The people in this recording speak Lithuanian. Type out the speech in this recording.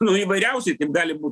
įvairiausiai taip gali būt